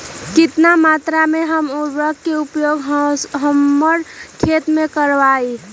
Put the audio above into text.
कितना मात्रा में हम उर्वरक के उपयोग हमर खेत में करबई?